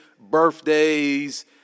birthdays